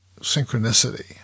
synchronicity